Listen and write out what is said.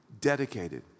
dedicated